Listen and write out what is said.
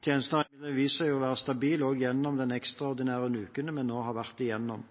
har imidlertid vist seg å være stabil også gjennom de ekstraordinære ukene vi nå har vært igjennom.